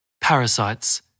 parasites